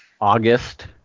August